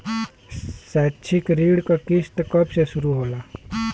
शैक्षिक ऋण क किस्त कब से शुरू होला?